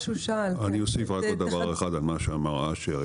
אני אוסיף עוד דבר אחד על דבריו של אשר.